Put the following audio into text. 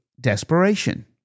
desperation